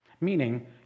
Meaning